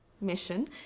mission